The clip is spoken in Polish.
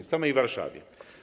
W samej Warszawie.